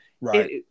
Right